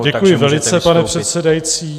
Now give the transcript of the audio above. Děkuji velice, pane předsedající.